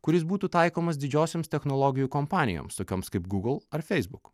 kuris būtų taikomas didžiosioms technologijų kompanijoms tokioms kaip google ar facebook